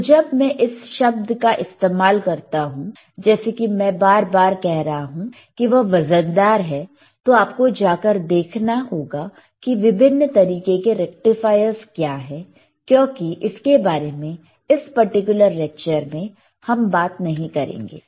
तो जब मैं इस शब्द का इस्तेमाल करता हूं जैसे कि मैं बार बार कह रहा हूं कि वह वजनदार है तो आपको जाकर देखना होगा कि विभिन्न तरीके के रेक्टिफायर्स क्या है क्योंकि इसके बारे में इस पर्टिकुलर लेक्चर में हम बात नहीं करेंगे